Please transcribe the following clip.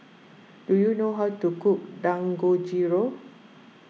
do you know how to cook Dangojiru